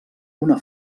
una